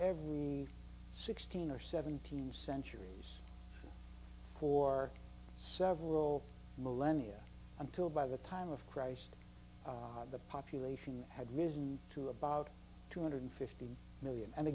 every sixteen or seventeen centuries for several millennia until by the time of christ the population had risen to about two hundred fifty million and